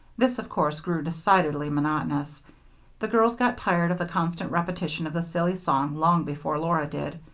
this, of course, grew decidedly monotonous the girls got tired of the constant repetition of the silly song long before laura did.